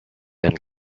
then